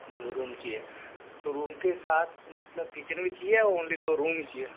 दो रूम चाहिए तो रूम के साथ मतलब किचन भी चाहिए या ओनली दो रूम ही चाहिए